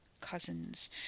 cousins